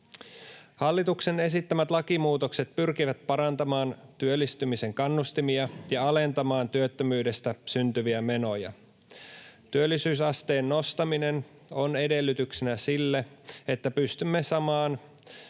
Hallituksen esittämät lakimuutokset pyrkivät parantamaan työllistymisen kannustimia ja alentamaan työttömyydestä syntyviä menoja. Työllisyysasteen nostaminen on edellytyksenä sille, että pystymme saamaan